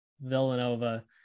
Villanova